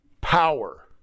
power